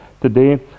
today